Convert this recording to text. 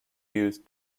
used